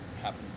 happen